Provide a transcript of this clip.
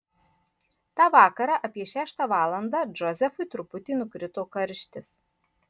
tą vakarą apie šeštą valandą džozefui truputį nukrito karštis